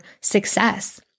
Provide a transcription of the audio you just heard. success